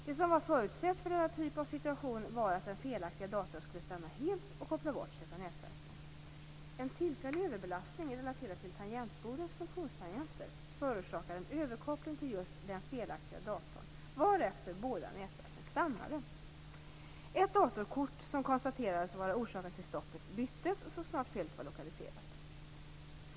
Det som var förutsett för denna typ av situation var att den felaktiga datorn skulle stanna helt och koppla bort sig från nätverken. En tillfällig överbelastning relaterad till tangentbordens funktionstangenter förorsakade en överkoppling till just den felaktiga datorn, varefter båda nätverken stannade. Ett datorkort, som konstaterades vara orsaken till stoppet, byttes så snart felet var lokaliserat.